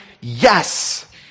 yes